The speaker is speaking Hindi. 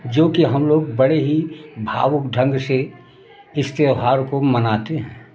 जो कि हम लोग बड़े ही भावुक ढंग से इस त्यौहार को मनाते हैं